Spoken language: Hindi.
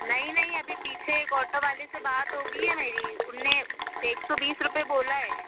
नहीं नहीं अभी पीछे एक ऑटो वाले से बात हो गई है मेरी उन्होंने एक सौ बीस रुपये बोला है